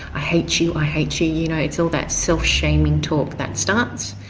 i hate you, i hate you, you know, it's all that self-shaming talk that starts.